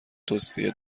توسعه